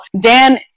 dan